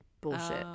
bullshit